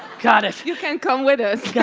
got it! you can come with us! yeah